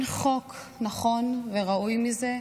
אין חוק נכון וראוי מזה,